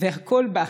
והכול בה,